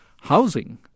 housing